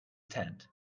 tent